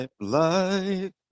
life